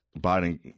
Biden